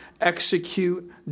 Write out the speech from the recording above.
execute